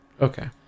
Okay